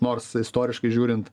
nors istoriškai žiūrint